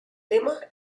tema